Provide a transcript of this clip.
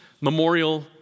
Memorial